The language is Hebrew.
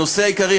בנושא העיקרי,